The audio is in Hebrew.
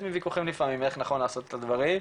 מוויכוחים לפעמים איך נכון לעשות את הדברים,